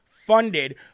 funded